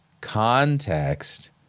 context